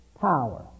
power